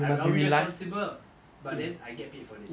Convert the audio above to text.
I'll be responsible but then I get paid for it